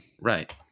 right